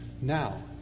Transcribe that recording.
now